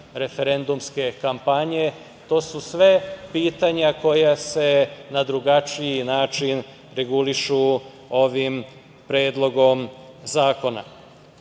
referendumske kampanje. Sve su to pitanja koja se na drugačiji način regulišu ovim predlogom zakona. Kao